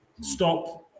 stop